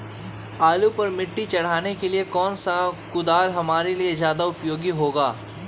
आलू पर मिट्टी चढ़ाने के लिए कौन सा कुदाल हमारे लिए ज्यादा उपयोगी होगा?